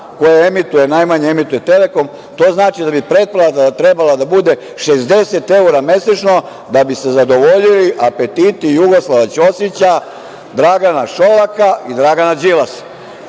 koje najmanje emituje „Telekom“, to znači da bi pretplata trebala da bude 60 evra mesečno da bi se zadovoljili apetiti Jugoslava Ćosića, Dragana Šolaka i Dragana